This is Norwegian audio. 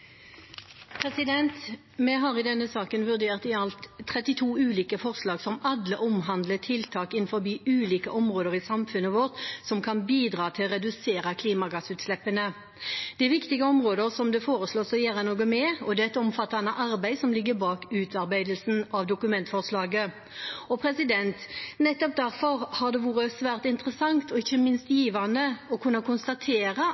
Vi har i denne saken vurdert i alt 32 ulike forslag, som alle omhandler tiltak innenfor ulike områder i samfunnet vårt som kan bidra til å redusere klimagassutslippene. Det er viktige områder det foreslås å gjøre noe med, og det er et omfattende arbeid som ligger bak utarbeidelsen av dokumentforslaget. Nettopp derfor har det vært svært interessant og ikke minst givende å kunne konstatere